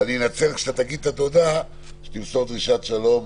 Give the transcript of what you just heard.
ואני אנצל כשאתה תגיד את התודה שתמסור דרישת שלום